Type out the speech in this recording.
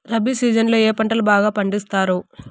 rabi season లో ఏ పంటలు బాగా పండిస్తారు